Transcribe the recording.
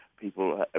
people